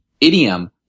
idiom